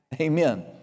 Amen